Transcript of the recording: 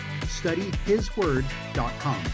studyhisword.com